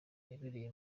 yabereye